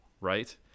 right